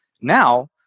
Now